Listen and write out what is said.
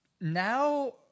now